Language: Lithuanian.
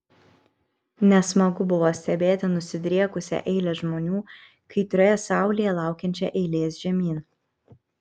nesmagu buvo stebėti nusidriekusią eilę žmonių kaitrioje saulėje laukiančią eilės žemyn